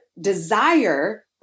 desire